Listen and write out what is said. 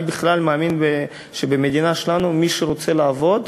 אני בכלל מאמין שבמדינה שלנו מי שרוצה לעבוד,